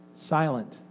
silent